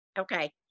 Okay